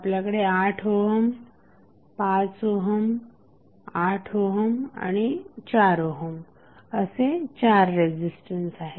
आपल्याकडे 8 ohm 5 ohm 8 ohm आणि 4 ohm असे चार रेझिस्टन्स आहेत